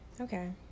Okay